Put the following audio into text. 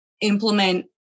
implement